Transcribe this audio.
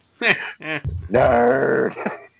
Nerd